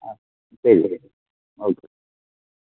ஆ சரி ஓகே